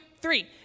three